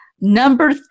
Number